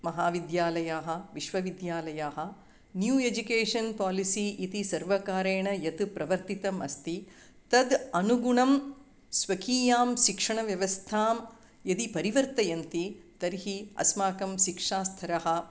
महाविद्यालयाः विश्वविद्यालयाः new education policy इति सर्वकारेण यद् प्रवर्तितम् अस्ति तद् अनुगुणं स्वकीयां शिक्षणव्यवस्थां यदि परिवर्तयन्ति तर्हि अस्माकं शिक्षास्तरः